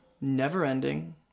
never-ending